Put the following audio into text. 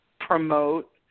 promote